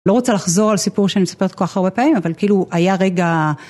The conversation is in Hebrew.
לא רוצה לחזור על סיפור שאני מספרת כל כך הרבה פעמים, אבל כאילו היה רגע.